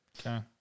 okay